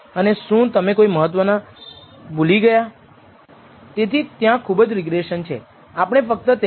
તેથી આપણે ખરેખર આ વિશિષ્ટ શ્રેણીમાંથી નીકળી શકીએ છીએ જે β1 ની અંદાજિત કિંમત છે જે b β̂1 ના અંદાજિત ડેટામાંથી સ્ટાન્ડર્ડ ડેવિએશનનો β1 અથવા 2